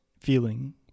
feeling